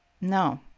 No